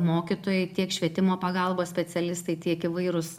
mokytojai tiek švietimo pagalbos specialistai tiek įvairūs